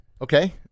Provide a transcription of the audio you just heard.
Okay